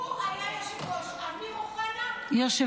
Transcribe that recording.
הינה, הוא היה יושב-ראש, אמיר אוחנה יושב-ראש.